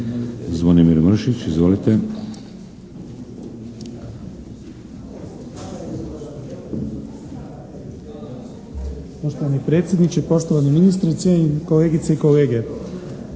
Zvonimir Mršić, izvolite.